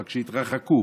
אבל כשהתרחקו